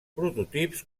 prototips